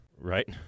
Right